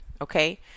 Okay